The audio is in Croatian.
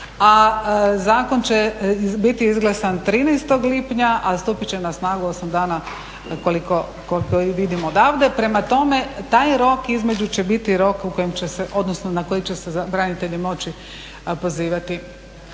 a zakon će biti izglasan 13. lipnja, a stupit će na snagu 8 dana koliko vidim odavde. Prema tome, taj rok između će biti rok na koji će se branitelji moći pozivati.